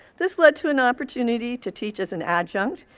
this led to an opportunity to teach as an adjunct,